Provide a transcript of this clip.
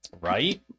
Right